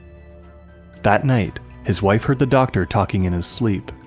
that night, his wife heard the doctor talking in his sleep,